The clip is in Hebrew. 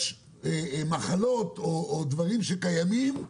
יש מחלות או דברים שקיימים,